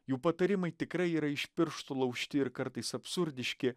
jų patarimai tikrai yra iš piršto laužti ir kartais absurdiški